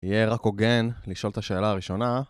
יהיה רק הוגן לשאול את השאלה הראשונה